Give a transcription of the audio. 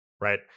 Right